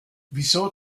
wieso